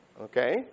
Okay